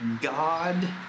God